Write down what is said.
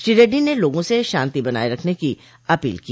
श्री रेड्डी ने लोगों से शांति बनाए रखने की अपील की